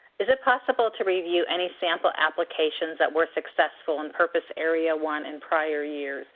is it possible to review any sample applications that were successful in purpose area one in prior years